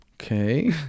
Okay